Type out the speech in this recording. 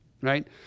right